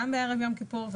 גם בערב יום כיפור,